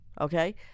Okay